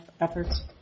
efforts